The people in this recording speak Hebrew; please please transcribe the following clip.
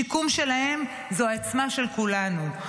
השיקום שלהם זו העוצמה של כולנו.